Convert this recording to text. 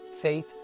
faith